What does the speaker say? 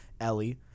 Ellie